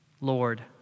Lord